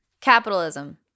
Capitalism